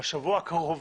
בשבוע הקרוב